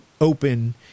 open